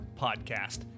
podcast